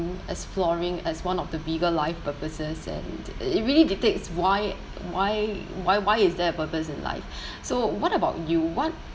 exploring as one of the bigger life purposes and it really dictates why why why why is there a purpose in life so what about you what